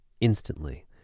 instantly